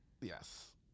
Yes